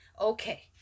Okay